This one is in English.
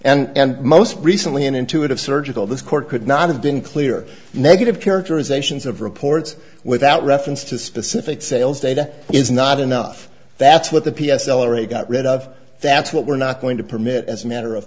directive and most recently an intuitive surgical this court could not have been clear negative characterizations of reports without reference to specific sales data is not enough that's what the p s l already got rid of that's what we're not going to permit as a matter of